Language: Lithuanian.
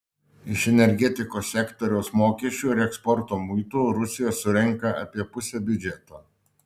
iš energetikos sektoriaus mokesčių ir eksporto muitų rusija surenka apie pusę biudžeto